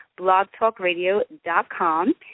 blogtalkradio.com